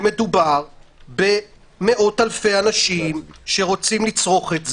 ומדובר במאות-אלפי אנשים שרוצים לצרוך את זה,